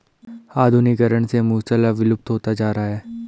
आधुनिकीकरण से मूसल अब विलुप्त होता जा रहा है